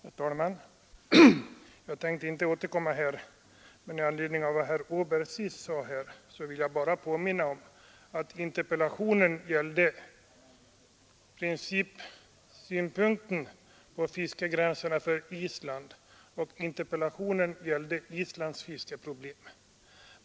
Herr talman! Jag tänkte inte återkomma i den här debatten, men i anledning av vad herr Åberg senast sade vill jag bara påminna om att interpellationen gällde principsynpunkten på fiskegränserna för Island och Islands fiskeproblem.